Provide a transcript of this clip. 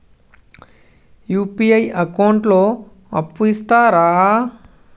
UPI account లో అప్పు ఇస్తరా?